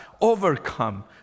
overcome